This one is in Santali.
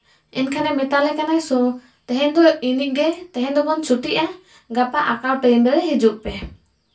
ᱮᱱᱠᱷᱟᱱᱮ ᱢᱮᱛᱟᱞᱮ ᱠᱟᱱᱟ ᱛᱮᱦᱮᱧ ᱫᱚ ᱤᱱᱟᱹᱜ ᱜᱮ ᱛᱮᱦᱮᱧ ᱫᱚᱵᱚᱱ ᱪᱷᱩᱴᱤᱜᱼᱟ ᱜᱟᱯᱟ ᱟᱸᱠᱟᱣ ᱴᱟᱭᱤᱢ ᱨᱮ ᱦᱤᱡᱩᱜ ᱯᱮ